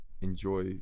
enjoy